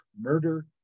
murder